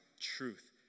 truth